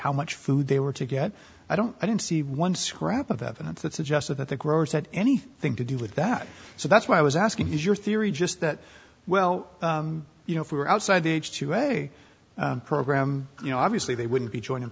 how much food they were to get i don't i don't see one scrap of evidence that suggests that the growers had anything to do with that so that's why i was asking is your theory just that well you know if we were outside the age to a program you know obviously they wouldn't be joining